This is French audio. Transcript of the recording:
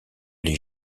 les